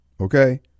Okay